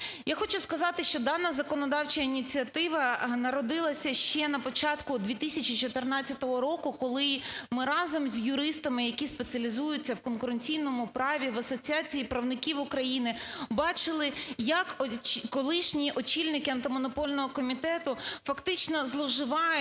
Я хочу сказати, що дана законодавча ініціатива народилася ще на початку 2014 року, коли ми разом з юристами, які спеціалізуються в конкуренційному праві в Асоціації правників України, бачили, як колишні очільники Антимонопольного комітету, фактично, зловживають